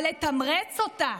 אבל לתמרץ אותה,